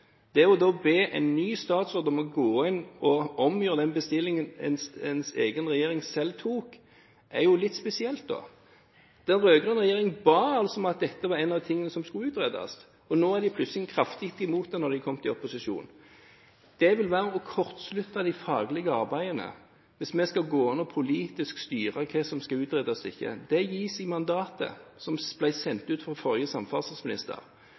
å be en ny statsråd om å gå inn og omgjøre bestillingen ens egen regjering selv gjorde, er litt spesielt. Den rød-grønne regjeringen ba om at dette skulle være en av de tingene som skulle utredes, og nå er de plutselig kraftig imot det når de har kommet i opposisjon. Det vil være å kortslutte de faglige arbeidene hvis vi skal gå inn og politisk styre hva som skal utredes eller ikke – det gis i mandatet som ble sendt ut fra forrige samferdselsminister.